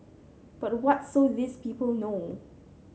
but what so these people know